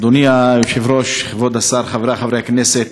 אדוני היושב-ראש, כבוד השר, חברי חברי הכנסת,